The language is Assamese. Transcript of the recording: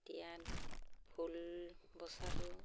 ফুল বচাটো